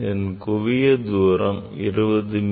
இதன் குவிய தூரம் 20மி